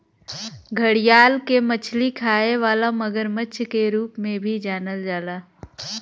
घड़ियाल के मछली खाए वाला मगरमच्छ के रूप में भी जानल जाला